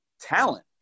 talent